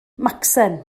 macsen